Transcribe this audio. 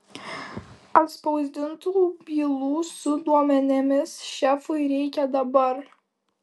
atspausdintų bylų su duomenimis šefui reikia dabar